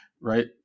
right